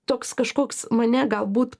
toks kažkoks mane galbūt